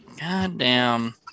Goddamn